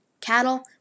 cattle